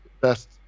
best